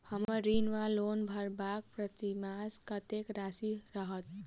हम्मर ऋण वा लोन भरबाक प्रतिमास कत्तेक राशि रहत?